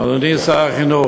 אדוני שר החינוך,